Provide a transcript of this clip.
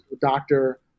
doctor